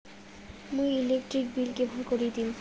মুই electric bill কেমন করি দিম?